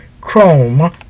Chrome